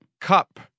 Cup